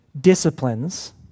disciplines